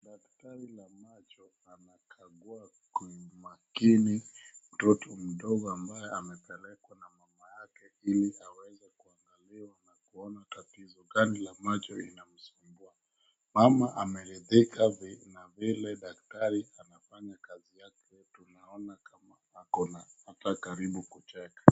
Daktari la macho anakangua kwa umakini mtoto mdongo ambaye amepelekwa na mama yake ili aweze kuangaliwa na kuona tatizo gani la macho inamsumbua. Mama ameridhika na vile daktari anafanya kazi yake. Tunaona kama akona ata karibu kucheka.